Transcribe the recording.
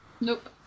Nope